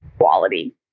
quality